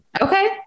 Okay